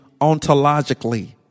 ontologically